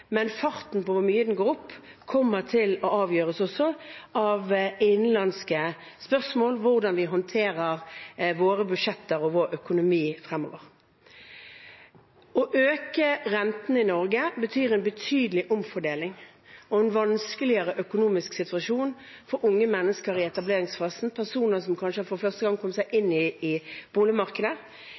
men farten på hvor mye den går opp, kommer til å avgjøres også av innenlandske spørsmål – hvordan vi håndterer våre budsjetter og vår økonomi fremover. Å øke rentene i Norge betyr en betydelig omfordeling og en vanskeligere økonomisk situasjon for unge mennesker i etableringsfasen, personer som kanskje for første gang har kommet seg inn i boligmarkedet.